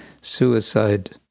suicide